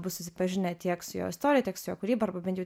bus susipažinę tiek su jo istorija tiek su jo kūryba arba bent jau